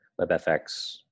WebFX